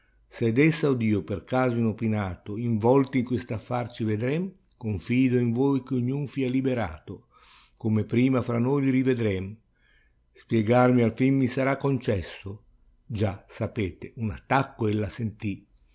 dessa od io per caso inopinato involti in quest'affare ci vedrem confido in voi che ognun fia liberato come prima fra noi rivedremo spiegarmi alfine mi sarà concesso già sapete un attacco ella sentì